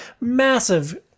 massive